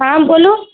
हॅं बोलू